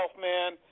man